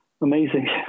amazing